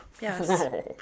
Yes